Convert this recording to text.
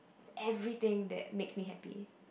everything that makes me happy